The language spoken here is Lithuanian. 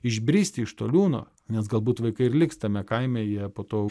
išbristi iš to liūno nes galbūt vaikai ir liks tame kaime jie po to